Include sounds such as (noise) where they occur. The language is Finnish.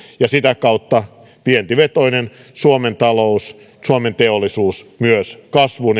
ja sitä kautta vientivetoinen suomen talous suomen teollisuus myös kasvuun (unintelligible)